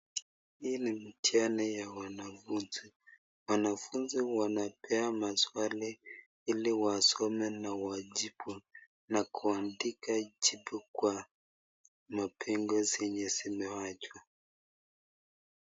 Hii ni mithiani ya wanafunzi wanafunzi wanapewa maswali hili wasome na wajibu na kuandika jibu Kwa mabengo zenge zimeachwa.